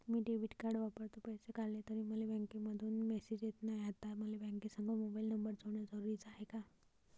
मी debit card वापरतो, पैसे काढले तरी मले बँकेमंधून मेसेज येत नाय, आता मले बँकेसंग मोबाईल नंबर जोडन जरुरीच हाय का?